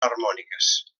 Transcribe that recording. harmòniques